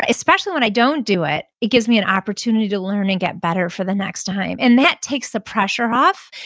especially when i don't do it, it gives me an opportunity to learn and get better for the next time, and that takes the pressure off.